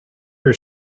her